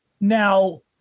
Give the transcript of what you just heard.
Now